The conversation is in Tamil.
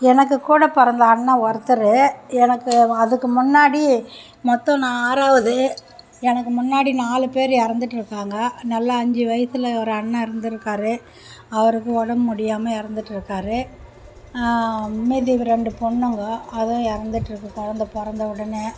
எனக்கு கூட பிறந்த அண்ணன் ஒருத்தர் எனக்கு அதுக்கு முன்னாடி மொத்தம் நான் ஆறாவது எனக்கு முன்னாடி நாலு பேர் இறந்துட்ருக்காங்க நல்லா அஞ்சு வயசுல ஒரு அண்ணன் இருந்திருக்காரு அவருக்கு உடம்பு முடியாமல் இறந்துட்ருக்காரு மீதி ரெண்டு பொண்ணுங்க அதுவும் இறந்துட்ருக்கு கொழந்தை பிறந்த உடனே